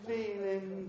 Feeling